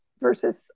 versus